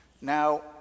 Now